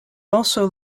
also